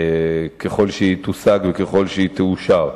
ככל שהיא תושג ותאושר,